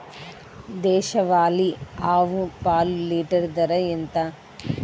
దేశవాలీ ఆవు పాలు లీటరు ధర ఎంత?